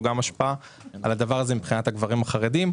השפעה על הדבר הזה מבחינת הגברים החרדים,